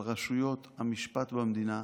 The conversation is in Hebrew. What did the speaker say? על רשויות המשפט במדינה.